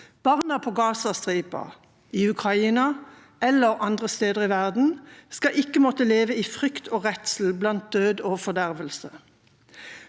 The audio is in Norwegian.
Barna på Gazastripa, i Ukraina eller andre steder i verden skal ikke måtte leve i frykt og redsel blant død og fordervelse.